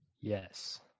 Yes